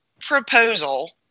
proposal